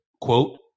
quote